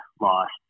lost